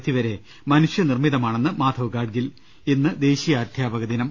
ധിവരെ മനുഷ്യനിർമ്മിതമാണെന്ന് മാധവ് ഗാഡ്ഗിൽ ഇന്ന് ദേശീയ അധ്യാപകദിനം